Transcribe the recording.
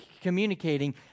communicating